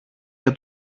για